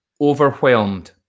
Overwhelmed